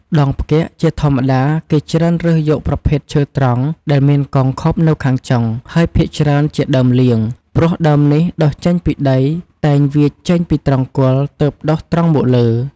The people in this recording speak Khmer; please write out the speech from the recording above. ដងផ្គាក់ជាធម្មតា គេច្រើនរើសយកប្រភេទឈើត្រង់ដែលមានកោងខុបនៅខាងចុង ហើយភាគច្រើនជាដើមលៀង ព្រោះដើមនេះដុះចេញពីដីតែងវៀចចេញពីត្រង់គល់ ទើបដុះត្រង់មកលើ ។